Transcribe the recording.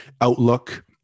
outlook